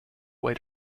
way